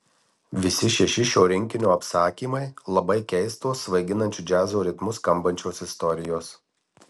visi šeši šio rinkinio apsakymai labai keistos svaiginančiu džiazo ritmu skambančios istorijos